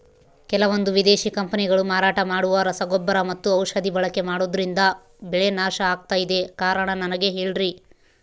ಕೆಲವಂದು ವಿದೇಶಿ ಕಂಪನಿಗಳು ಮಾರಾಟ ಮಾಡುವ ರಸಗೊಬ್ಬರ ಮತ್ತು ಔಷಧಿ ಬಳಕೆ ಮಾಡೋದ್ರಿಂದ ಬೆಳೆ ನಾಶ ಆಗ್ತಾಇದೆ? ಕಾರಣ ನನಗೆ ಹೇಳ್ರಿ?